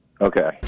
Okay